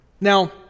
now